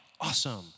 awesome